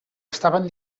estaven